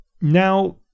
now